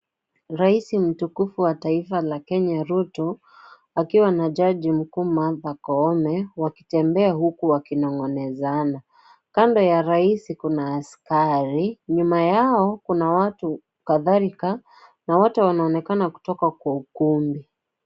Raisi mtukufu wa taifa la Kenya Ruto, akiwa na jaji mkuu Martha Koome wakitembea huku wakinong'onezana. Kando ya raisi kuna askari, nyuma yao kuna watu kadhalika na wote wanaonekana kutoka kwa ukumbi.